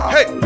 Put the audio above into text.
Hey